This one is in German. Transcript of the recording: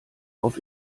auf